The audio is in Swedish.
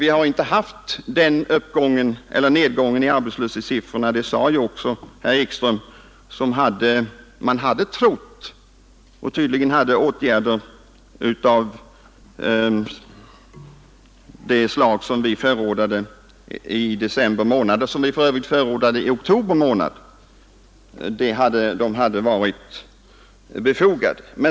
Vi har inte haft den nedgång i arbetslöshetssiffrorna — det sade också herr Ekström — som man hade trott sig få. Tydligen hade åtgärder av det slag som vi förordade i december månad — och som vi för övrigt förordade i oktober månad — varit befogade.